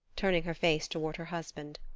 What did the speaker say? turning her face toward her husband.